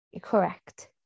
Correct